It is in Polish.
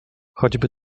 choćby